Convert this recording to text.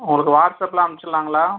உங்களுக்கு வாட்ஸ்அப்பில் அனுப்ச்சிடுளாங்களா